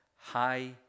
high